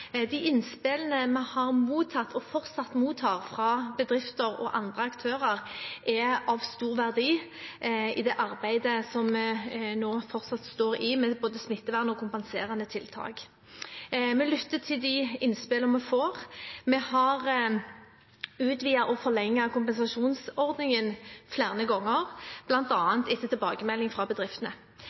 De innspillene vi har mottatt – og fortsatt mottar – fra bedrifter og andre aktører, er av stor verdi i det arbeidet som vi fortsatt står i med både smittevern og kompenserende tiltak. Vi lytter til de innspillene vi får. Vi har utvidet og forlenget kompensasjonsordningen flere ganger, bl.a. etter tilbakemelding fra bedriftene.